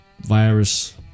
virus